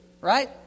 right